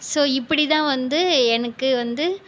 so இப்படி தான் வந்து எனக்கு வந்து